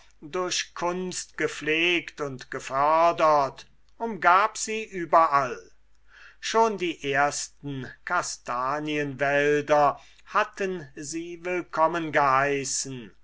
durch kunst gepflegt und gefördert umgab sie über all schon die ersten kastanienwälder hatten sie willkommen geheißen